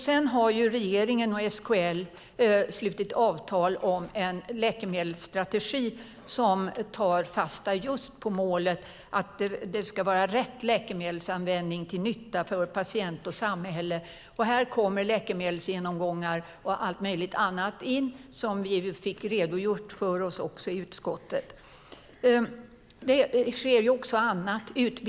Sedan har regeringen och SKL slutit avtal om en läkemedelsstrategi som tar fasta just på målet att det ska vara rätt läkemedelsanvändning till nytta för patient och samhälle. Här kommer läkemedelsgenomgångar och allt möjligt annat in, som vi fick redogjort för oss också i utskottet. Det sker också annat.